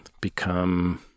become